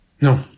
No